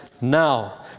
now